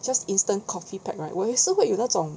just instant coffee pack right 我也是会有那种